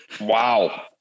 Wow